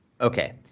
okay